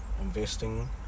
Investing